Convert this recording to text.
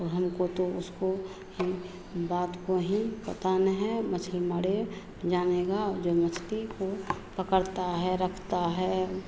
अब हमको तो उसको ही बात को ही पता नहीं है मछली मारे जानेगा ऊ जो मछली को पकड़ता है रखता है